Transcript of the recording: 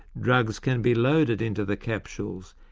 drugs can be loaded into the capsules,